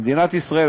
במדינת ישראל,